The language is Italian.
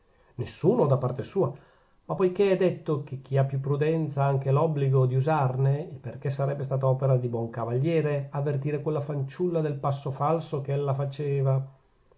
nessuno da parte sua ma poichè è detto che chi ha più prudenza ha anche l'obbligo di usarne e perchè sarebbe stata opera di buon cavaliere avvertire quella fanciulla del passo falso che ella faceva